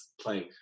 playing